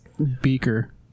Beaker